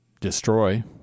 destroy